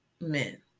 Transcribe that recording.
men